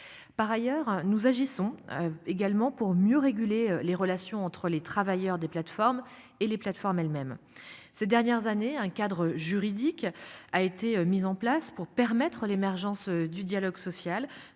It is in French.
Par ailleurs, nous agissons également pour mieux réguler les relations entre les travailleurs des plateformes et les plateformes elles-mêmes ces dernières années un cadre juridique a été mis en place pour permettre l'émergence du dialogue social